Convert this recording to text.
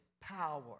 power